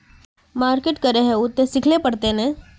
Market करे है उ ते सिखले पड़ते नय?